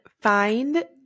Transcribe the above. find